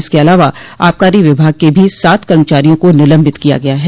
इसके अलावा आबकारी विभाग के भी सात कर्मचारियों को निलम्बित किया गया है